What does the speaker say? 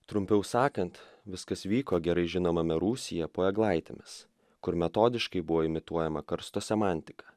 trumpiau sakant viskas vyko gerai žinomame rūsyje po eglaitėmis kur metodiškai buvo imituojama karsto semantika